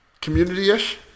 Community-ish